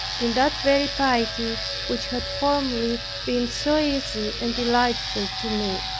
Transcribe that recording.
in that very piety which had formerly been so easy and delightful to me